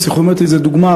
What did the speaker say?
הפסיכומטרי זה דוגמה,